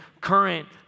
current